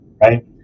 right